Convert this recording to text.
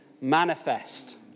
manifest